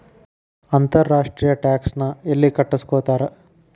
ಅಂತರ್ ರಾಷ್ಟ್ರೇಯ ಟ್ಯಾಕ್ಸ್ ನ ಯೆಲ್ಲಿ ಕಟ್ಟಸ್ಕೊತಾರ್?